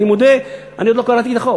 אני מודה, עוד לא קראתי את החוק.